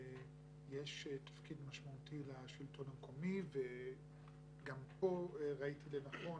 יש תפקיד משמעותי לשלטון המקומי וגם כאן ראיתי לנכון